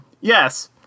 yes